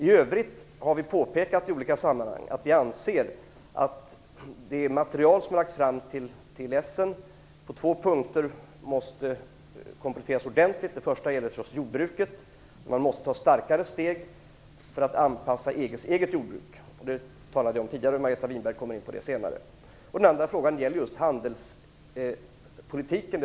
I övrigt har vi påpekat i olika sammanhang att vi anser att det material som har lagts fram till mötet i Essen måste kompletteras ordentligt på två punkter. Den första punkten gäller förstås jordbruket. Det måste tas större steg för att anpassa EG:s eget jordbruk. Jag talade om det tidigare, och Margareta Winberg kommer in på det senare. Den andra punkten gäller just handelspolitiken.